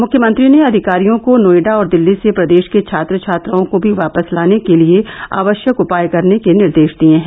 मुख्यमंत्री ने अधिकारियों को नोएडा और दिल्ली से प्रदेश के छात्र छात्राओं को भी वापस लाने के लिए आवश्यक उपाय करने के निर्देश दिए हैं